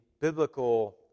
biblical